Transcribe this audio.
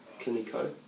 Clinico